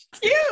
Cute